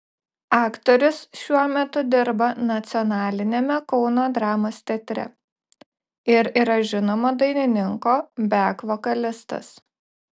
aktorius šiuo metu dirba nacionaliniame kauno dramos teatre ir yra žinomo dainininko bek vokalistas